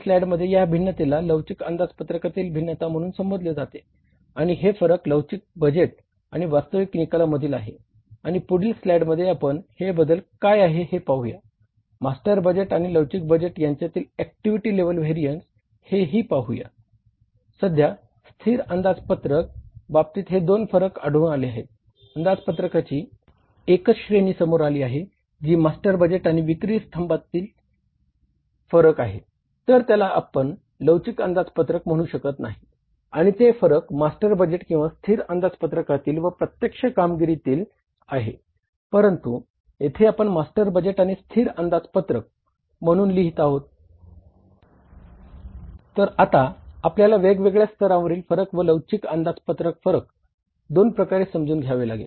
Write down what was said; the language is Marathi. सध्या स्थिर अंदाजपत्रक दोन प्रकारे समजून घ्यावे लागेल